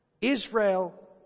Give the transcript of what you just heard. Israel